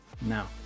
Now